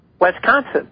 Wisconsin